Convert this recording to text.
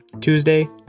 Tuesday